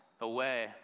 away